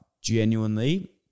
genuinely –